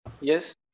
Yes